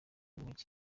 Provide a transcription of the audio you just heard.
mujyi